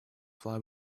fly